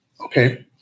Okay